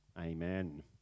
Amen